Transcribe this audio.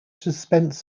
suspense